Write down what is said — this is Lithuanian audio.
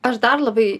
aš dar labai